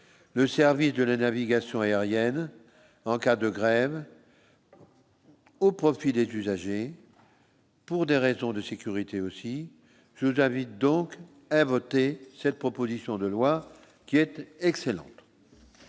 le service de la navigation aérienne en cas de grève. Au profit des usagers. Pour des raisons de sécurité, aussi je j'donc à voter cette proposition de loi qui était excellente.